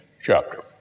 chapter